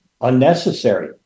unnecessary